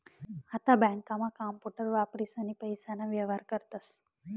आता बँकांमा कांपूटर वापरीसनी पैसाना व्येहार करतस